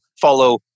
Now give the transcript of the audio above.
follow